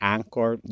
Anchor